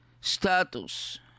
status